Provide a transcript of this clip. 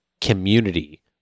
community